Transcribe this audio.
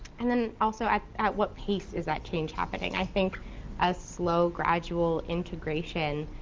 and then also at at what pace is that change happening? i think a slow, gradual integration